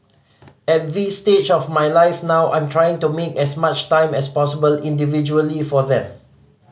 at this stage of my life now I'm trying to make as much time as possible individually for them